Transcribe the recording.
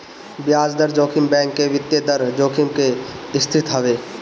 बियाज दर जोखिम बैंक के वित्तीय दर जोखिम के स्थिति हवे